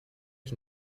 qui